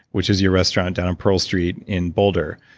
which is your restaurant down on pearl street in boulder,